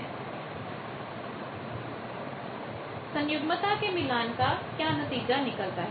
सन्युग्मता के मिलान conjugate matchingकोंजूगेट मैचिंग का क्या नतीजा निकलता है